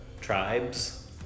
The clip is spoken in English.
Tribes